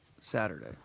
Saturday